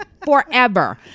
forever